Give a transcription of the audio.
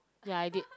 ya I did